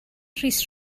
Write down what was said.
rhys